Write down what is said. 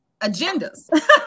agendas